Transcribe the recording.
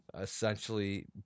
essentially